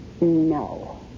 No